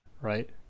right